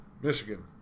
Michigan